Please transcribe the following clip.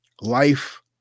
life